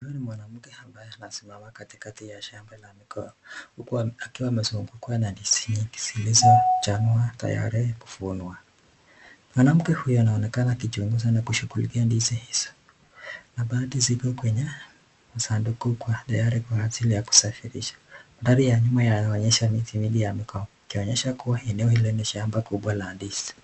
Huyu ni mwanamke ambaye anasimama katikati ya shamba la migoa, huku akiwa amezungukwa na ndizi nyingi zilizochanwa tayari kuvunwa. Mwanamke huyo anaonekana akichunguza na kushughulikia ndizi hizo, na baadhi ziko kwenye sanduku kwa tayari kwa ajili ya kusafirishwa. Mandhari ya nyuma inaonyesha miti mingi ya migoa, ikionyesha kuwa eneo hilo ni shamba kubwa la ndizi.